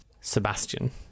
Sebastian